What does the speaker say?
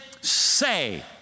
say